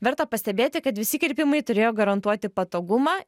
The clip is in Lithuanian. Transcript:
verta pastebėti kad visi kirpimai turėjo garantuoti patogumą